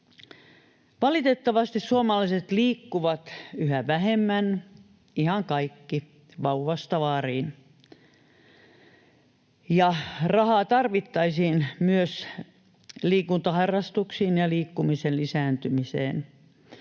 Valitettavasti suomalaiset liikkuvat yhä vähemmän, ihan kaikki, vauvasta vaariin. Ja rahaa tarvittaisiin myös liikuntaharrastuksiin ja liikkumisen lisääntymiseen.